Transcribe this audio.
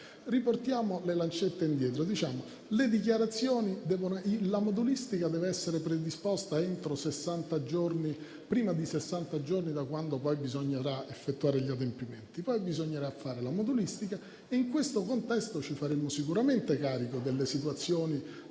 riportare le lancette indietro. Diciamo che la modulistica deve essere predisposta sessanta giorni prima rispetto al momento in cui bisognerà effettuare gli adempimenti; poi bisognerà fare la modulistica e in quel contesto ci faremo sicuramente carico delle situazioni